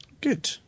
Good